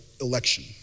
election